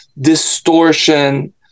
distortion